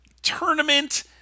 tournament